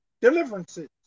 deliverances